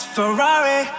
ferrari